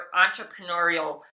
entrepreneurial